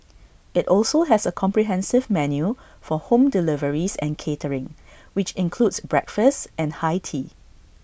IT also has A comprehensive menu for home deliveries and catering which includes breakfast and high tea